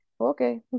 Okay